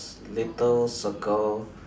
little circle